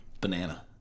Banana